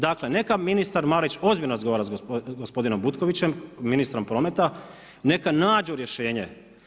Dakle, neka ministar Marić ozbiljno razgovara sa gospodinom Butkovićem ministrom prometa, neka nađu rješenje.